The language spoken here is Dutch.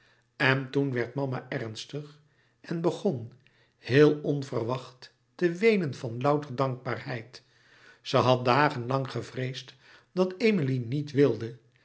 en toen werd mama ernstig en begon heel onverwacht te weenen van louter dankbaarheid ze had dagen lang gevreesd dat emilie niet wilde